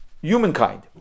humankind